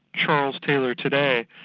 charles taylor today,